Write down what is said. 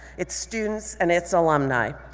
its students, and its alumnae.